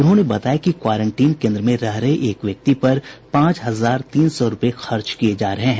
उन्होंने बताया कि क्वारेंटीन केन्द्र में रह रहे एक व्यक्ति पर पांच हजार तीन सौ रूपये खर्च किये जा रहे हैं